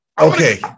Okay